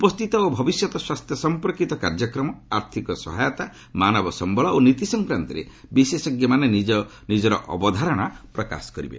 ଉପସ୍ଥିତ ଓ ଭବିଷ୍ୟତ ସ୍ୱାସ୍ଥ୍ୟ ସମ୍ପର୍କୀତ କାର୍ଯ୍ୟକ୍ରମ ଆର୍ଥିକ ସହାୟତା ମାନବ ସମ୍ଘଳ ଓ ନୀତି ସଂକ୍ରାନ୍ତରେ ବିଶେଷଜ୍ଞମାନେ ନିଜ ନିଜର ଅବଧାରଣା ପ୍ରକାଶ କରିବେ